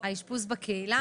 אשפוז בקהילה